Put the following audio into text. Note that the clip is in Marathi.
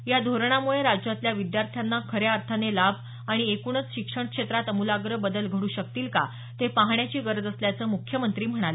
या धोरणामुळे राज्यातल्या विद्यार्थ्यांना खऱ्या अर्थाने लाभ आणि एकूणच शिक्षण क्षेत्रात अमुलाग्र बदल घडू शकतील का ते पाहण्याची गरज असल्याचं मुख्यमंत्री म्हणाले